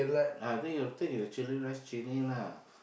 uh I think take with chilli rice chilli lah